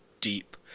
deep